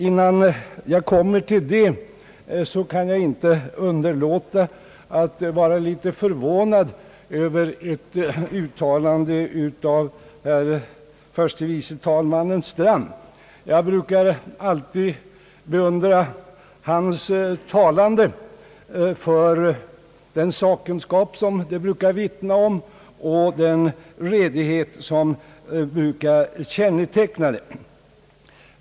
Innan jag kommer till det, kan jag dock inte underlåta att vara litet förvånad över ett utalande av herr förste vice talmannen Strand. Jag brukar beundra hans anföranden för den sakkunskap de brukar vittna om och den redighet som brukar känneteckna dem.